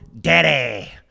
DADDY